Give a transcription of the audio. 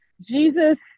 Jesus